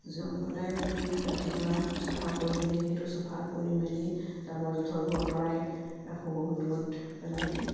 সদায় যদি ৰাতিপুৱা চফা কৰি পিনি সেইটো চফা কৰি মেলি জাবৰ জোঁথৰবোৰ অঁতৰাই ৰাখোঁ বহুত দূৰত পেলাই দিওঁ